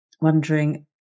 wondering